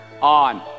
on